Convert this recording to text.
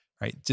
right